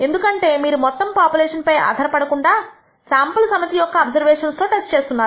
ఎందుకంటే మీరు మొత్తం పాపులేషన్ పై ఆధారపడకుండా శాంపుల్ సమితి యొక్క అబ్సర్వేషన్స్ తో టెస్ట్ చేస్తున్నారు